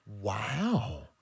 Wow